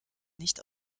nicht